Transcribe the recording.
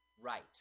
Right